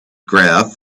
graph